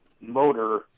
motor